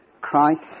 Christ